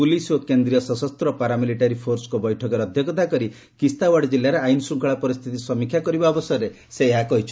police ଓ କେନ୍ଦ୍ରୀୟ ସଶସ୍ତ ପାରା ମିଲିଟାରୀ ଫୋର୍ସଙ୍କ ବୈଠକରେ ଅଧ୍ୟକ୍ଷତା କରି କିସ୍ତାୱାଡ଼୍ କିଲ୍ଲାରେ ଆଇନ ଶ୍ଚଙ୍ଗଳା ପରିସ୍ଥିତି ସମୀକ୍ଷା କରିବା ଅବସରରେ ସେ ଏହା କହିଛନ୍ତି